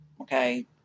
Okay